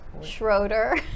Schroeder